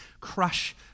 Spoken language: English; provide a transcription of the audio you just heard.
crush